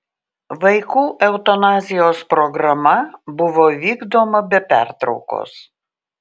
vaikų eutanazijos programa buvo vykdoma be pertraukos